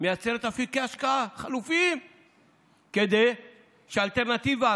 מייצרת אפיקי השקעה חלופיים כדי שהאלטרנטיבה,